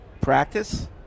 practice